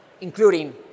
including